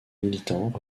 militants